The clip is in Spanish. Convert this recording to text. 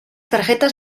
tarjetas